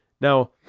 Now